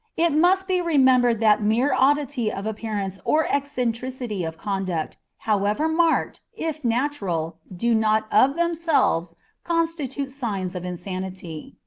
it must be remembered that mere oddity of appearance or eccentricity of conduct, however marked, if natural, do not of themselves constitute signs of insanity.